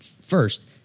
first